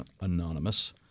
Anonymous